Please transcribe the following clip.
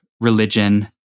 religion